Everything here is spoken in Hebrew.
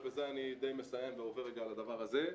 ובזה אני מסיים ועובר לדבר הזה,